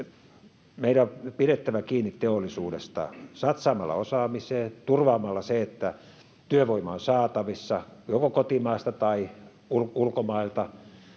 Meidän on pidettävä kiinni teollisuudesta satsaamalla osaamiseen ja turvaamalla se, että työvoimaa on saatavissa, joko kotimaista tai ulkomaista.